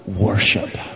worship